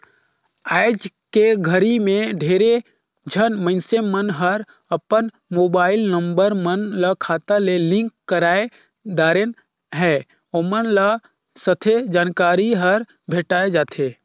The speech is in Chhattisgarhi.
आइज के घरी मे ढेरे झन मइनसे मन हर अपन मुबाईल नंबर मन ल खाता ले लिंक करवाये दारेन है, ओमन ल सथे जानकारी हर भेंटाये जाथें